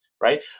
right